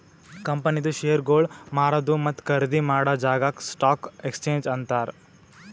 ಕಂಪನಿದು ಶೇರ್ಗೊಳ್ ಮಾರದು ಮತ್ತ ಖರ್ದಿ ಮಾಡಾ ಜಾಗಾಕ್ ಸ್ಟಾಕ್ ಎಕ್ಸ್ಚೇಂಜ್ ಅಂತಾರ್